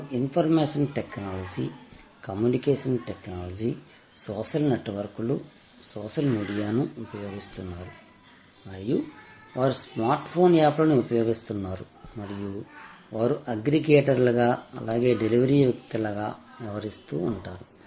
వారు information technology communication technology social నెట్వర్క్లు social మీడియాను ఉపయోగిస్తున్నారు మరియు వారు స్మార్ట్ఫోన్ యాప్లను ఉపయోగిస్తున్నారు మరియు వారు అగ్రిగేటర్లుగా అలాగే డెలివరీ వ్యకతులు గా వ్యవహరిస్తారు